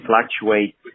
fluctuate